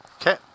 Okay